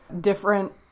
different